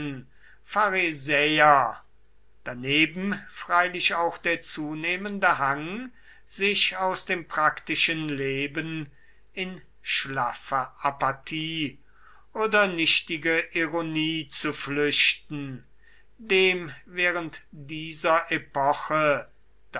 daneben freilich auch der zunehmende hang sich aus dem praktischen leben in schlaffe apathie oder nichtige ironie zu flüchten dem während dieser epoche